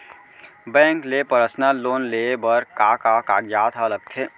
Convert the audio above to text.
Bank ले personal loan लेये बर का का कागजात ह लगथे?